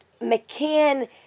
McCann